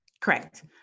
Correct